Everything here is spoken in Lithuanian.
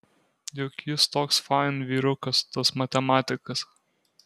juk jis toks fain vyrukas tas matematikas